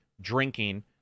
drinking